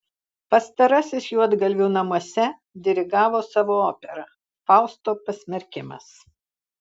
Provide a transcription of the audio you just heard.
pastarasis juodgalvių namuose dirigavo savo operą fausto pasmerkimas